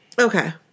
Okay